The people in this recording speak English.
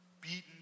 Beaten